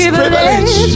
privilege